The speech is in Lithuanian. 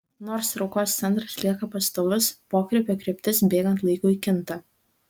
nors traukos centras lieka pastovus pokrypio kryptis bėgant laikui kinta